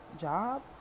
job